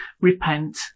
Repent